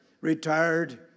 retired